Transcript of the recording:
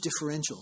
differentials